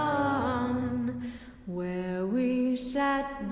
um where we sat